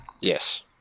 Yes